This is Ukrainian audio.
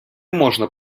можна